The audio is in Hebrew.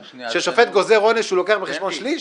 כששופט גוזר עונש הוא מביא בחשבון שליש?